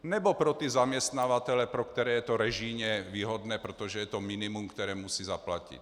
Nebo pro ty zaměstnavatele, pro které je to režijně výhodné, protože je to minimum, které musí zaplatit?